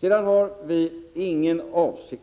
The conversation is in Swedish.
Vi har ingen avsikt